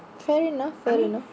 fair enough fair enough